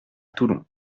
toulon